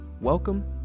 Welcome